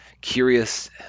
curious